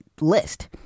list